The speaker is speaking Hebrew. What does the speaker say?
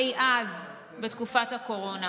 אי אז בתקופת הקורונה.